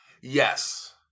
Yes